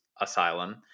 asylum